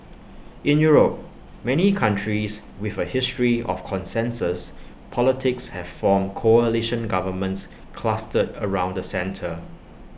in Europe many countries with A history of consensus politics have formed coalition governments clustered around the centre